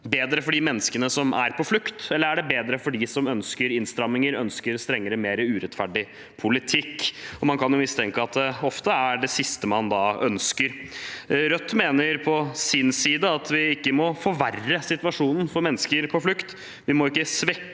Bedre for de menneskene som er på flukt, eller bedre for dem som ønsker innstramminger og strengere og mer urettferdig politikk? Man kan mistenke at det ofte er det siste man ønsker. Rødt mener på sin side at vi ikke må forverre situasjonen for mennesker på flukt. Vi må ikke svekke